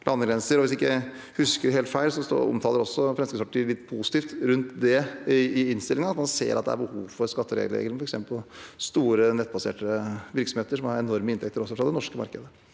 også Fremskrittspartiet seg positivt til det i innstillingen. Man ser at det er behov for skattereguleringer, f.eks. på store, nettbaserte virksomheter som har enorme inntekter, også fra det norske markedet.